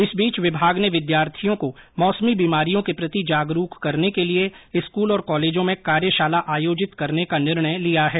इस बीच विभाग ने विद्यार्थियों को मौसमी बीमारियों के प्रति जागरूक करने के लिये स्कूल और कॉलेजों में कार्यशाला आयोजित करने का निर्णय लिया है